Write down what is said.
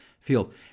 field